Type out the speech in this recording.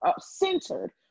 centered